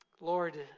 Lord